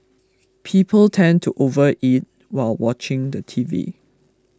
people tend to overeat while watching the T V